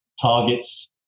targets